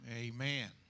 Amen